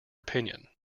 opinion